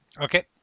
Okay